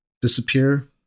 disappear